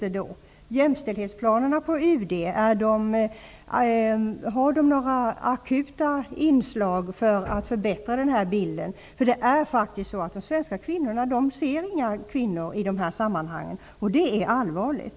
Har jämställdhetsplanerna på UD några akuta inslag för att förbättra den här bilden? De svenska kvinnorna ser inte några kvinnor i de här sammanhangen, vilket är allvarligt.